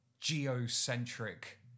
geocentric